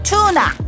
Tuna